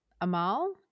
Amal